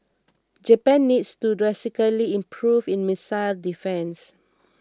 Japan needs to drastically improve its missile defence